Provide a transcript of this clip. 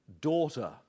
daughter